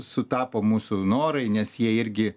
sutapo mūsų norai nes jie irgi